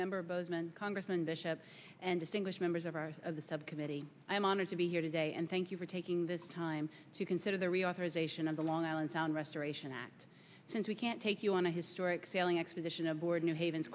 member bozeman congressman the ship and english members of our of the subcommittee i'm honored to be here today and thank you for taking the time to consider the reauthorization of the long island sound restoration act since we can't take you on a historic sailing expedition aboard a new haven